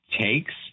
takes